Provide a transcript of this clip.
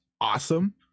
awesome